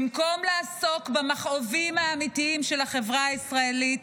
במקום לעסוק במכאובים האמיתיים של החברה הישראלית